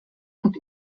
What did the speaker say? und